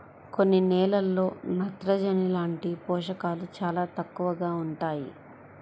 కొన్ని నేలల్లో నత్రజని లాంటి పోషకాలు చాలా తక్కువగా ఉంటాయి